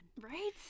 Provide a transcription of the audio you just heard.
Right